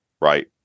right